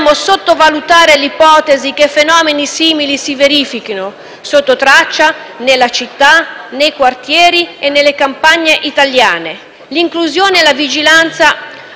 dobbiamo sottovalutare l'ipotesi che fenomeni simili si verifichino sottotraccia nelle città, nei quartieri e nelle campagne italiane. L'inclusione e la vigilanza